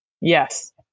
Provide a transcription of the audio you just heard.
Yes